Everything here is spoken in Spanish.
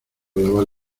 lavar